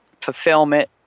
fulfillment